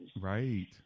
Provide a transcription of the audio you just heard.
Right